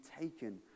taken